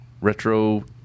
retro